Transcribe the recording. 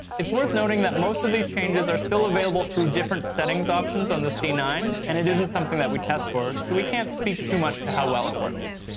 it's worth noting that most of these changes are available through different settings um settings on the c nine, and it isn't something that we test for, so we can't speak too much to how well it works.